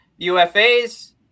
UFAs